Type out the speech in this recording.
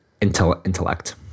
intellect